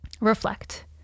Reflect